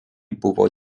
buvo